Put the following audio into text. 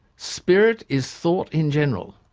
spirit is thought in general,